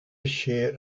share